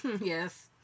Yes